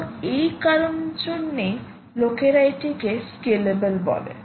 এবং এই কারণের জন্যই লোকেরা এটিকে স্কেলেবল বলে